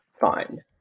fine